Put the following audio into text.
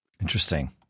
interesting